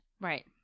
Right